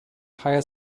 hire